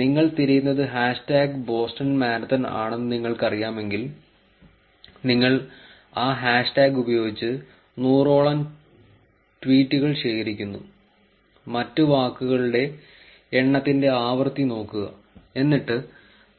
നിങ്ങൾ തിരയുന്നത് hashtag Boston marathon ആണെന്ന് നിങ്ങൾക്കറിയാമെങ്കിൽ നിങ്ങൾ ആ ഹാഷ് ടാഗ് ഉപയോഗിച്ച് നൂറോളം ട്വീറ്റുകൾ ശേഖരിക്കുന്നു മറ്റ് വാക്കുകളുടെ എണ്ണത്തിന്റെ ആവൃത്തി നോക്കുക എന്നിട്ട്